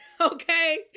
Okay